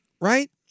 Right